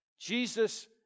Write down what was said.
Jesus